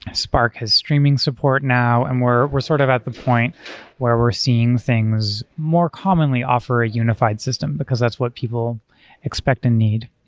spark has streaming support now, and we're we're sort of at the point where we're seeing things more commonly offer a unified system, because that's what people expect and need.